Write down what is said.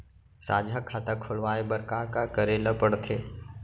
साझा खाता खोलवाये बर का का करे ल पढ़थे?